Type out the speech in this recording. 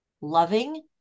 loving